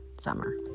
summer